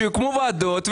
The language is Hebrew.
שיוקמו ועדות,